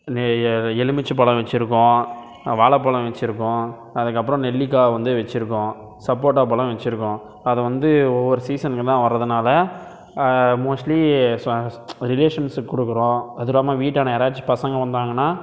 நே ஏ எலுமிச்சப்பழம் வெச்சிருக்கோம் வாழைப்பலம் வைச்சுருக்கோம் அதுக்கப்பறோம் நெல்லிக்காய் வந்து வைச்சுருக்கோம் சப்போட்டா பழம் வைச்சுருக்கோம் அதை வந்து ஒவ்வொரு சீசன்க்கு தான் வரதினால மோஸ்ட்லி சுவா ஸ் ரிலேஷன்ஸுக்கு கொடுக்குறோம் அதுலாம்ம வீட்டான்ட யாராச்சு பசங்கள் வந்தாங்கனால்